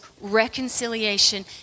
reconciliation